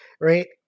right